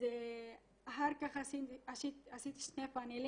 אחר כך עשיתי שני פנלים